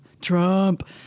Trump